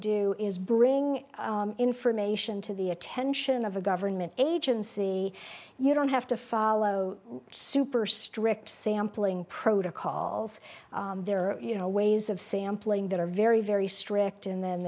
do is bring information to the attention of a government agency you don't have to follow super strict sampling protocols there are ways of sampling that are very very strict and then